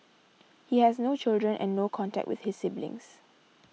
he has no children and no contact with his siblings